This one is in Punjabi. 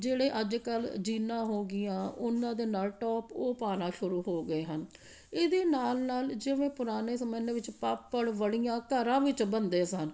ਜਿਹੜੇ ਅੱਜ ਕੱਲ੍ਹ ਜੀਨਾਂ ਹੋਗੀਆਂ ਉਹਨਾਂ ਦੇ ਨਾਲ ਟੋਪ ਉਹ ਪਾਉਣਾ ਸ਼ੁਰੂ ਹੋ ਗਏ ਹਨ ਇਹਦੇ ਨਾਲ ਨਾਲ ਜਿਵੇਂ ਪੁਰਾਣੇ ਜ਼ਮਾਨੇ ਵਿੱਚ ਪਾਪੜ ਵੜੀਆਂ ਘਰਾਂ ਵਿੱਚ ਬਣਦੇ ਸਨ